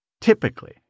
typically